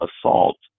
assault